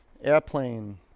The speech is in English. Airplane